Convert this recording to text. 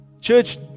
Church